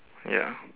ya